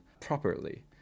properly